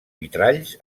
vitralls